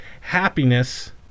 Happiness